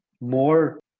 more